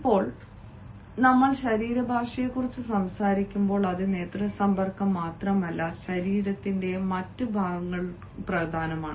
ഇപ്പോൾ നമ്മൾ ശരീരഭാഷയെക്കുറിച്ച് സംസാരിക്കുമ്പോൾ അത് നേത്ര സമ്പർക്കം മാത്രമല്ല ശരീരത്തിന്റെ മറ്റ് ഭാഗങ്ങളും പ്രധാനമാണ്